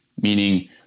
meaning